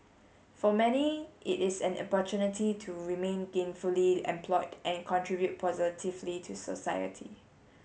for many it is an opportunity to remain gainfully employed and contribute positively to society